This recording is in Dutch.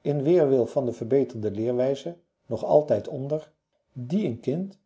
in weerwil van de verbeterde leerwijze nog altijd onder die een kind